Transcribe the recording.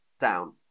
Down